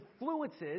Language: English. influences